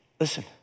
Listen